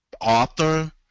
author